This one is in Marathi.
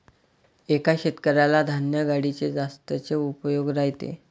एका शेतकऱ्याला धान्य गाडीचे जास्तच उपयोग राहते